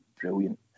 brilliant